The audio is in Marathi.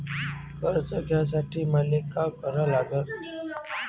कर्ज घ्यासाठी मले का करा लागन?